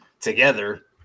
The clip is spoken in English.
together